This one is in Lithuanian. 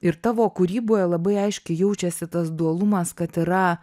ir tavo kūryboje labai aiškiai jaučiasi tas dualumas kad yra